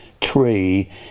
tree